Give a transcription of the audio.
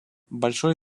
большое